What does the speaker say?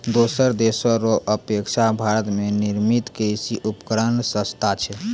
दोसर देशो रो अपेक्षा भारत मे निर्मित कृर्षि उपकरण सस्ता छै